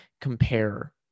compare